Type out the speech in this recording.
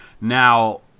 Now